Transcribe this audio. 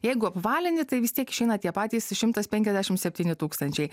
jeigu apvalini tai vis tiek išeina tie patys šimtas penkiasdešim septyni tūkstančiai